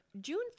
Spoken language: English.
June